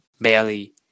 barely